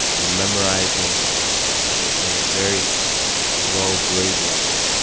you're memorizing and at a very low grade level.